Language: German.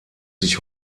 sich